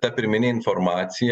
ta pirminė informacija